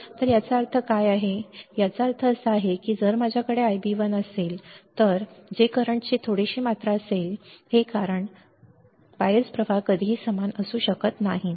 तर याचा अर्थ काय आहे याचा अर्थ असा आहे की जर माझ्याकडे Ib1 असेल जर माझ्याकडे Ib2 असेल जे करंट्स ची थोडीशी मात्रा असेल तर करंट थोडीशी मात्रा हे आहे कारण बायस प्रवाह कधीही समान असू शकत नाहीत बरोबर